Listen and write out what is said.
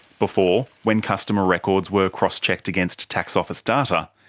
before, when customer records were cross-checked against tax office data,